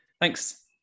Thanks